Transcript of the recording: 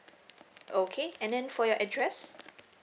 okay and then for your address